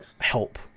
help